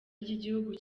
ry’igihugu